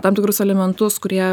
jo tam tikrus elementus kurie